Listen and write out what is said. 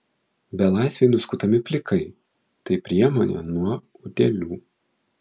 belaisviai nuskutami plikai tai priemonė nuo utėlių